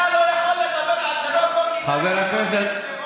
אתה לא יכול לדבר על טרור, לא כדאי לך.